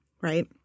right